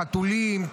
החתולים,